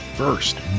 first